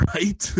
Right